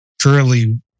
currently